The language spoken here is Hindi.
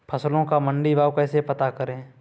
फसलों का मंडी भाव कैसे पता करें?